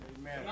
Amen